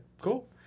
cool